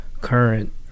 current